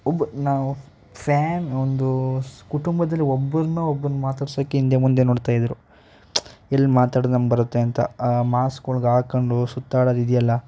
ಒಬ್ಬ ನಾವು ಫ್ಯಾನ್ ಒಂದೂ ಕುಟುಂಬದಲ್ಲಿ ಒಬ್ರನ್ನ ಒಬ್ರು ಮಾತಾಡ್ಸೋಕೆ ಇಂದೆ ಮುಂದೆ ನೋಡ್ತಾಯಿದ್ದರು ಎಲ್ಲಿ ಮಾತಾಡ್ರಿ ನಮ್ಗೆ ಬರುತ್ತೆ ಅಂತ ಮಾಸ್ಕ್ಳ್ಗೆ ಹಾಕೊಂಡು ಸುತ್ತಾಡೋದು ಇದೆಯಲ್ಲ